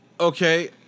Okay